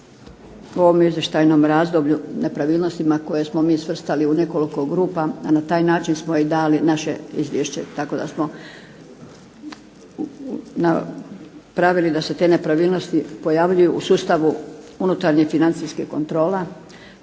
o ovom izvještajnom razdoblju, nepravilnostima koje smo mi svrstali u nekoliko grupa a na taj način smo i dali naše izvješće tako da smo napravili da se te nepravilnosti pojavljuju u sustavu unutarnjih financijskih kontrola,